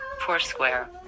Foursquare